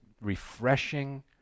refreshing